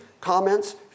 comments